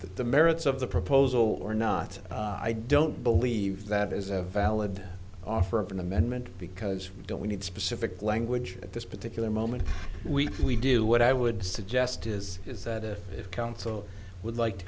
the merits of the proposal or not i don't believe that is a valid offer of an amendment because we don't need specific language at this particular moment we we do what i would suggest is is that if counsel would like to